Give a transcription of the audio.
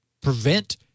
prevent